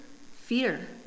fear